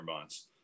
months